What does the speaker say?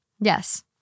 Yes